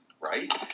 right